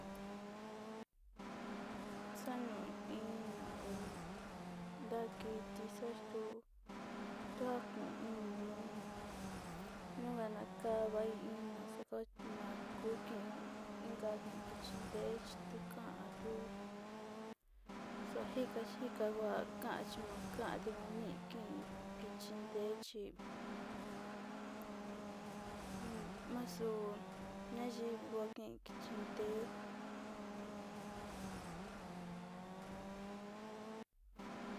O ntaka kiti ja tu ku kichinte nu tna chi tujinio nasa kakan te yuka o sava kiti ja kanchinte nutna'a te o ja tu.